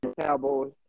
Cowboys